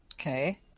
Okay